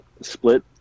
split